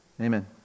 Amen